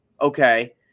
okay